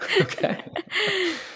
Okay